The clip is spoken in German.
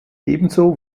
ebenso